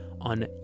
on